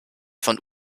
von